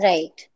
Right